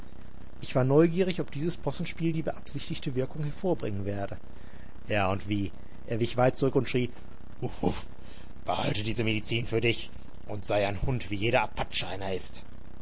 ich war neugierig ob dieses possenspiel die beabsichtigte wirkung hervorbringen werde ja und wie er wich weit zurück und schrie uff uff behalte diese medizin für dich und sei ein hund wie jeder apache einer ist